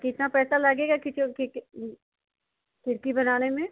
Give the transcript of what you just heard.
कितना पैसा लगेगा खिड़की बनाने में